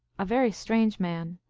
a very strange man.